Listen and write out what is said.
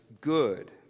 good